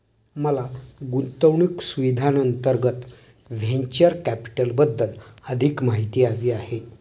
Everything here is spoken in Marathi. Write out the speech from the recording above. मला गुंतवणूक सुविधांअंतर्गत व्हेंचर कॅपिटलबद्दल अधिक माहिती हवी आहे